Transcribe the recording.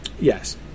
Yes